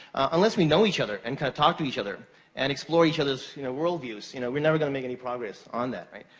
unless we know each other and kind of talk to each other and explore each other's you know work views, you know we're never gonna make any progress on that.